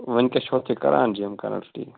وُنکٮ۪س چھِوا تُہۍ کَران جِم کران ٹھیٖک